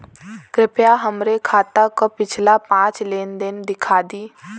कृपया हमरे खाता क पिछला पांच लेन देन दिखा दी